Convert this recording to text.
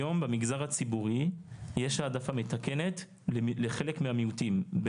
היום במגזר הציבורי יש העדפה מתקנת לחלק מהמיעוטים,